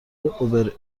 اوبر